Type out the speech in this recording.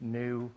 new